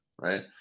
right